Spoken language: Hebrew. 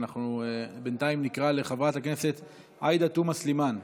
בינתיים, נקרא לחברת הכנסת עאידה תומא סלימאן.